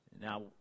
now